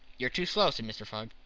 you are too slow, said mr. fogg.